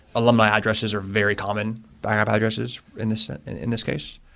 alumni addresses are very common to have addresses in this in this case.